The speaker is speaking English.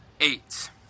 Eight